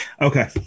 okay